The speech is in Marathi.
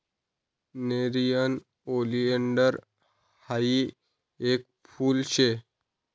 नेरीयन ओलीएंडर हायी येक फुल शे